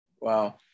Wow